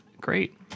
Great